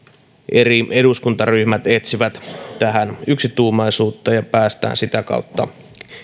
eri eduskuntaryhmät etsivät tähän yksituumaisuutta ja päästään sitä kautta